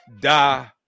die